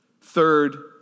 Third